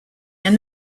and